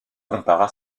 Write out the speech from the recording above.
compara